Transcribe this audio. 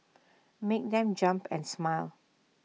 make them jump and smile